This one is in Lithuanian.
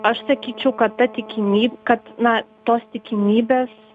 aš sakyčiau kad ta tikimyb kad na tos tikimybės